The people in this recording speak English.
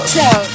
Show